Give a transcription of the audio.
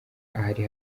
ahari